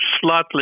slightly